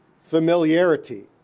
familiarity